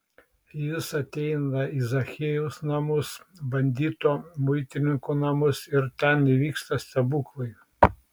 jis ateina į zachiejaus namus bandito muitininko namus ir ten įvyksta stebuklai